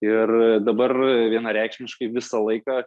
ir dabar vienareikšmiškai visą laiką